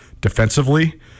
defensively